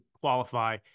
qualify